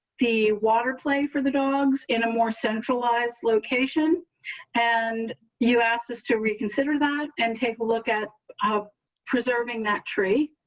the water play for the dogs in a more centralized location and you asked us to reconsider that and take a look at um preserving that tree.